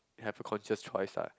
you have to consider it twice ah